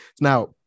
Now